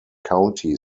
county